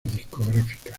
discográficas